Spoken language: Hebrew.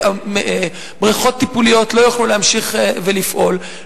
בריכות טיפוליות לא יוכלו להמשיך לפעול,